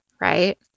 right